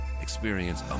Experience